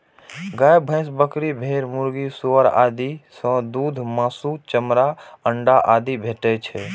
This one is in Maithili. गाय, भैंस, बकरी, भेड़, मुर्गी, सुअर आदि सं दूध, मासु, चमड़ा, अंडा आदि भेटै छै